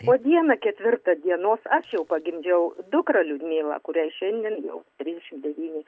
o dieną ketvirtą dienos aš jau pagimdžiau dukrą liudmilą kuriai šiandien jau trisdešim devyni